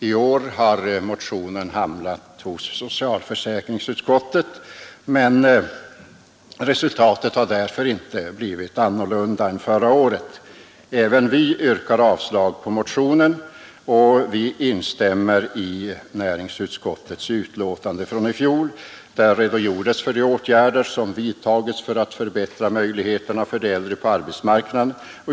I år har motionen hamnat hos socialförsäkringsutskottet, men resultatet har därför inte blivit annorlunda än förra året. Även vi yrkar avslag på motionen och vi instämmer i inrikesutskottets betänkande från i fjol. Där redogjordes för de åtgärder som vidtagits för att förbättra möjligheterna för de äldre på arbetsmarknaden.